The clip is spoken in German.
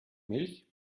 milch